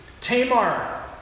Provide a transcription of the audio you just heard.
Tamar